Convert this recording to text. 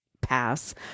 pass